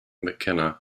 mckenna